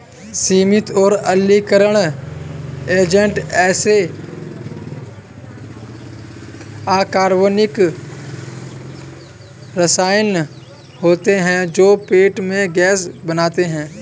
सीमित और अम्लीकरण एजेंट ऐसे अकार्बनिक रसायन होते हैं जो पेट में गैस बनाते हैं